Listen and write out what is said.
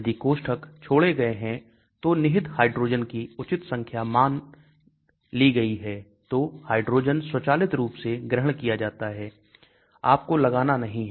यदि कोष्ठक छोड़े गए हैं तो निहित हाइड्रोजन की उचित संख्या मांग ली गई है तो हाइड्रोजन स्वचालित रूप से ग्रहण किया जाता है आपको लगाना नहीं है